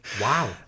wow